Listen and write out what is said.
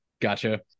gotcha